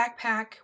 backpack